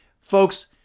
folks